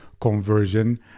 conversion